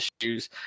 issues